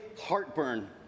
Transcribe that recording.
heartburn